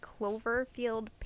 Cloverfield